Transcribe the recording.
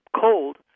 cold